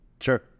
Sure